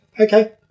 Okay